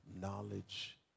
knowledge